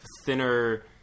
thinner